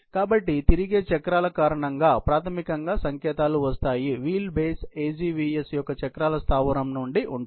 కాబట్టి తిరిగే చక్రాల కారణంగా ప్రాథమికంగా సంకేతాలు వస్తాయి వీల్ బేస్ AGVS యొక్క చక్రాల స్థావరం నుండి ఉంటుంది